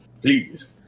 Please